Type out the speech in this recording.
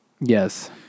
yes